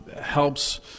helps